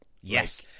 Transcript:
Yes